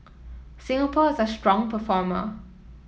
Singapore is a strong performer